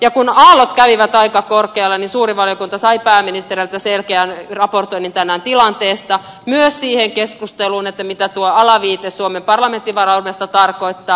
ja kun aallot kävivät aika korkealla niin suuri valiokunta sai pääministeriltä selkeän raportoinnin tänään tilanteesta myös siihen keskusteluun mitä tuo alaviite suomen parlamenttivaraumasta tarkoittaa